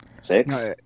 Six